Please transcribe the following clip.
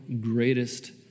greatest